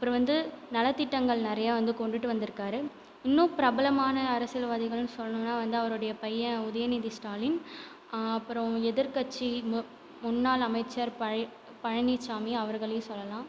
அப்புறம் வந்து நலத்திட்டங்கள் நிறைய வந்து கொண்டுட்டு வந்துருக்காரு இன்னும் பிரபலமான அரசியல்வாதிகள்னு சொல்லுனும்னா வந்து அவருடைய பையன் உதயநிதி ஸ்டாலின் அப்புறம் எதிர்க்கட்சி முன் முன்னாள் அமைச்சர் பழ பழனிச்சாமி அவர்களையும் சொல்லெலாம்